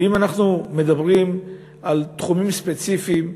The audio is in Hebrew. ואם אנחנו מדברים על תחומים ספציפיים,